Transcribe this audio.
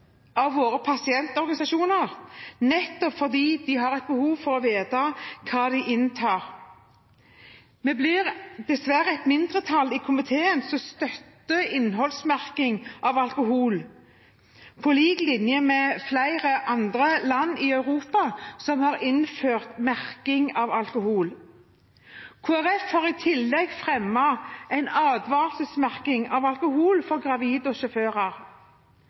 har behov for å vite hva de inntar. Det er dessverre et mindretall i komiteen som støtter forslaget om å innføre krav om innholdsmerking av alkoholdig drikk i Norge, på lik linje med flere andre land i Europa som har innført innholdsmerking av alkoholdig drikk. Kristelig Folkeparti fremmer i tillegg – sammen med Senterpartiet – forslag om «helseadvarsler om alkoholbruk under graviditet og